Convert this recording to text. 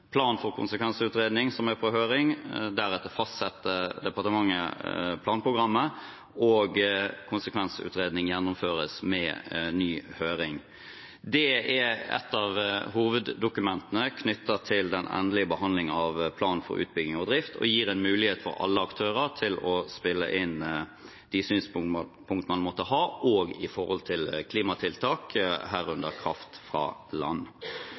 plan for konsekvensutredning som er på høring, deretter fastsetter departementet planprogrammet, og konsekvensutredningen gjennomføres med ny høring. Det er etter hoveddokumentene knyttet til den endelige behandlingen av plan for utbygging og drift og gir en mulighet for alle aktører til å spille inn de synspunktene man måtte ha også når det gjelder klimatiltak, herunder kraft fra land.